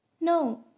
No